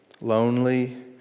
Lonely